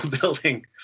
building